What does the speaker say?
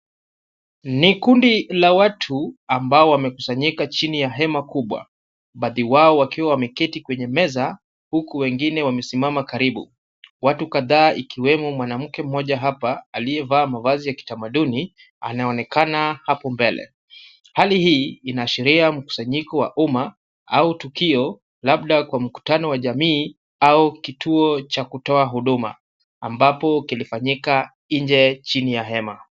Ni kundi la watu ambao wamekusanyika chini ya hema kubwa. Baadhi yao wakiwa wameketi kwenye meza huku wengine wamesimama karibu. Watu kadhaa ikiwemo mwanamke mmoja hapa aliyevaa mavazi ya kitamaduni anaonekana hapo mbele. Hali hii inaashiria mkusanyiko wa umma au tukio labda Kwa mkutano wa kijamii au kituo cha kutoa huduma ambapo kilifanyika nje chini ya hema.